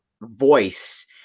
voice